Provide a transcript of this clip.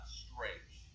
strange